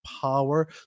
power